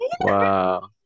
Wow